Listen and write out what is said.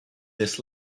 this